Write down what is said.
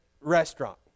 restaurant